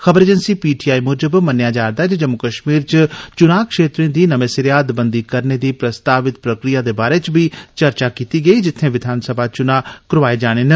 खबर agency P T I मुजब मन्नेआ जारदा ऐ जे जम्मू कश्मीर च चुना क्षेत्रे दी नमें सिरेआ हदबंदी करने दी प्रस्तावित प्रक्रिया दे बारै च बी चर्चा कीती गेई जित्थै विधानसभा दे चुना करोआए जाने न